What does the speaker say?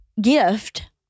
gift